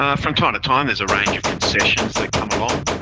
um from time to time, there's a range of concessions that come along,